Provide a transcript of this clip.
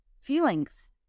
feelings